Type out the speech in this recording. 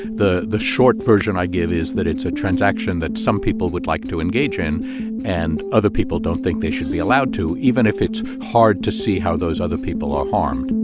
the the short version i give is that it's a transaction that some people would like to engage in and other people don't think they should be allowed to, even if it's hard to see how those other people are harmed